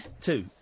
Two